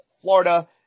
Florida